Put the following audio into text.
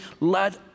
Let